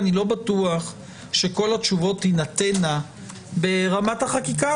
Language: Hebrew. אני לא בטוח שכל התשובות תינתנה ברמת החקיקה.